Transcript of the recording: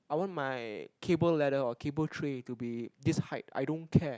I want my cable ladder or cable tray to be this height I don't care